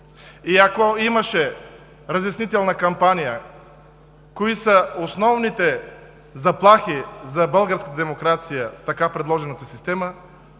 и ако имаше разяснителна кампания кои са основните заплахи за българската демокрация в така предложената система,